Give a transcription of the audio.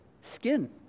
skin